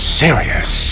serious